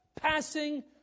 passing